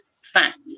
fact